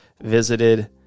visited